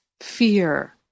fear